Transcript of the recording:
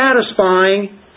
satisfying